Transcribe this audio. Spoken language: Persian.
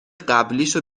قبلیشو